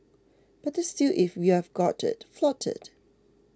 better still if you've got it flaunt it